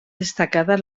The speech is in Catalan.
destacada